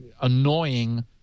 annoying